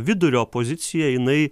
vidurio pozicija jinai